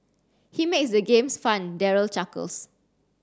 he makes the games fun Daryl chuckles